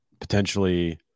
potentially